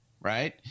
Right